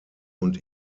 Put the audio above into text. und